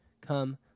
Come